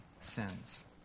sins